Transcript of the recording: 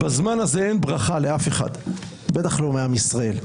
בזמן הזה אין ברכה לאף אחד, בטח לא מעם ישראל.